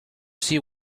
see